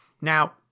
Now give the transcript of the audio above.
Now